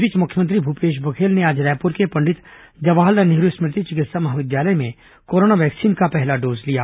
इस बीच मुख्यमंत्री भूपेश बघेल ने आज रायपुर के पंडित जवाहरलाल नेहरू स्मृति चिकित्सा महाविद्यालय में कोरोना वैक्सीन का पहला डोज लिया